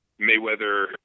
Mayweather